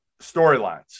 storylines